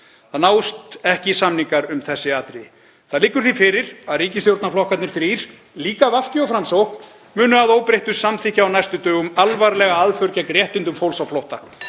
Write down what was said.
Það náðust ekki samningar um þessi atriði. Það liggur því fyrir að ríkisstjórnarflokkarnir þrír, líka VG og Framsókn, munu að óbreyttu samþykkja á næstu dögum alvarlega aðför gegn réttindum fólks á flótta.